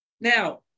Now